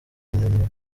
nyamabuye